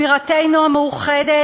בירתנו המאוחדת.